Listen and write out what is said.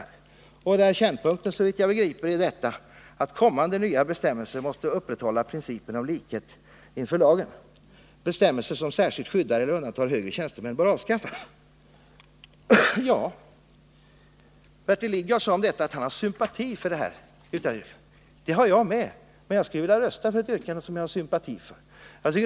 Kärnpunkten i detta yrkande är såvitt jag förstår att kommande bestämmelser måste upprätthålla principen om likhet inför lagen. Bestämmelser som särskilt skyddar eller undantar högre tjänstemän bör avskaffas. Bertil Lidgard sade att han har sympati för detta yrkande. Det har jag med, men jag skulle vilja rösta för ett yrkande som jag har sympati för.